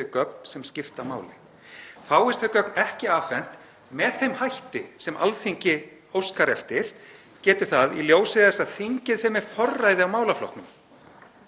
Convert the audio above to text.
þau gögn sem skipta máli. Fáist þau gögn ekki afhent með þeim hætti sem Alþingi óskar eftir getur það, í ljósi þess að þingið fer með forræði á málaflokknum,